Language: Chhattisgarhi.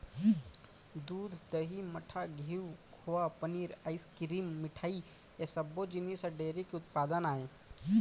दूद, दही, मठा, घींव, खोवा, पनीर, आइसकिरिम, मिठई ए सब्बो जिनिस ह डेयरी के उत्पादन आय